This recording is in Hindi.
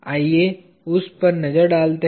आइए उस पर नजर डालते हैं